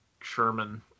Sherman